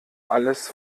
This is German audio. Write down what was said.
alles